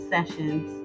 Sessions